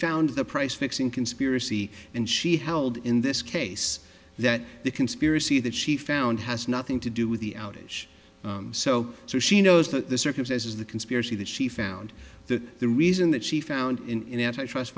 found the price fixing conspiracy and she held in this case that the conspiracy that she found has nothing to do with the outage so so she knows that the circumstances of the conspiracy that she found that the reason that she found in antitrust